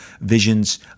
visions